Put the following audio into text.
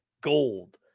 gold